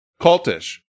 Cultish